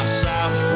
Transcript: south